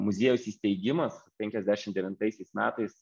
muziejaus įsteigimas penkiasdešim devintaisiais metais